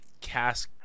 cast